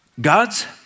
God's